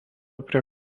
prie